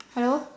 hello